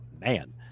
man